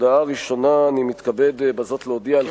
הודעה ראשונה: אני מתכבד בזאת להודיע על